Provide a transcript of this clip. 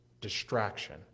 distraction